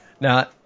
Now